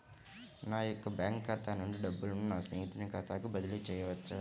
నా యొక్క బ్యాంకు ఖాతా నుండి డబ్బులను నా స్నేహితుని ఖాతాకు బదిలీ చేయవచ్చా?